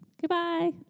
Goodbye